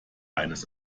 eines